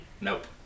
Nope